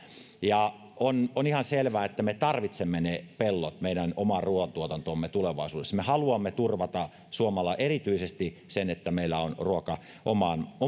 ja on on ihan selvä että me tarvitsemme ne pellot meidän omaan ruuantuotantoomme tulevaisuudessa me haluamme turvata suomelle erityisesti sen että meillä on ruoka